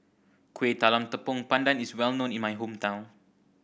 Kueh Talam Tepong Pandan is well known in my hometown